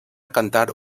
cantar